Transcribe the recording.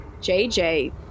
JJ